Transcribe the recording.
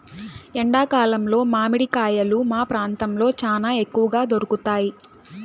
ఎండా కాలంలో మామిడి కాయలు మా ప్రాంతంలో చానా తక్కువగా దొరుకుతయ్